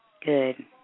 Good